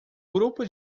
grupo